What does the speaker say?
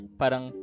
parang